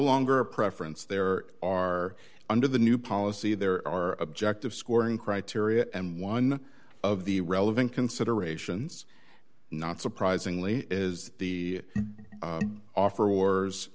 longer a preference there are under the new policy there are objective scoring criteria and one of the relevant considerations not surprisingly is the offer